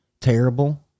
Terrible